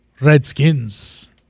Redskins